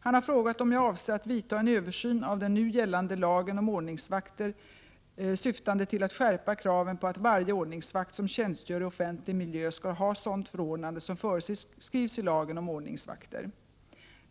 Han har frågat om jag avser att vidta en översyn av den nu gällande lagen om ordningsvakter syftande till att skärpa kraven på att varje ordningsvakt som tjänstgör i offentlig miljö skall ha sådant förordnande som föreskrivs i lagen om ordningsvakter.